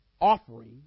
offering